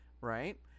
right